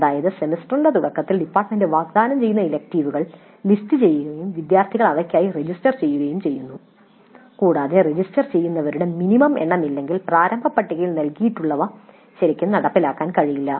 അതായത് സെമസ്റ്ററിന്റെ തുടക്കത്തിൽ ഡിപ്പാർട്ട്മെന്റ് വാഗ്ദാനം ചെയ്യുന്ന ഇലക്ടീവുകൾ ലിസ്റ്റുചെയ്യുകയും വിദ്യാർത്ഥികൾ അവയ്ക്കായി രജിസ്റ്റർ ചെയ്യുകയും ചെയ്യുന്നു കൂടാതെ രജിസ്റ്റർ ചെയ്യുന്നവരുടെ മിനിമം എണ്ണം ഇല്ലെങ്കിൽ പ്രാരംഭ പട്ടികയിൽ നൽകിയിട്ടുള്ളവ ശരിക്കും നടപ്പിലാക്കാൻ കഴിയില്ല